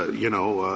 you know,